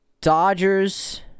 Dodgers